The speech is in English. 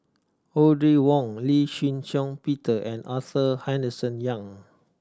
Audrey Wong Lee Shih Shiong Peter and Arthur Henderson Young